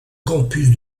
campus